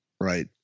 right